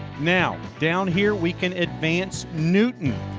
now down here we can advance newton.